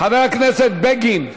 חבר הכנסת בגין,